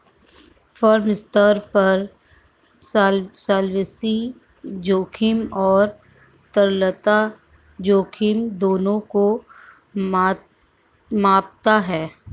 firm स्तर पर solvency जोखिम और तरलता जोखिम दोनों को मापता है